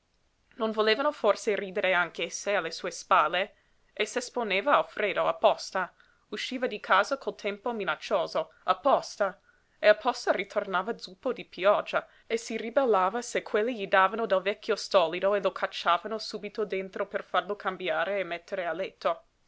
non volevano forse ridere anch'esse alle sue spalle e s'esponeva al freddo apposta usciva di casa col tempo minaccioso apposta e apposta ritornava zuppo di pioggia e si ribellava se quelle gli davano del vecchio stolido e lo cacciavano subito dentro per farlo cambiare e mettere a letto